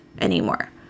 anymore